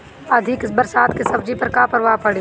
अधिक बरसात के सब्जी पर का प्रभाव पड़ी?